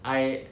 I